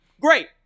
great